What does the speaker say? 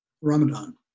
Ramadan